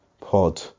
pod